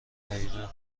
دقیقه